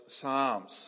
psalms